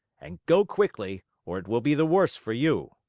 and go quickly, or it will be the worse for you!